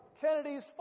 Kennedy's